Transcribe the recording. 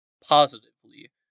positively